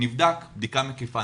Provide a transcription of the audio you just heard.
נבדק בדיקה מקיפה.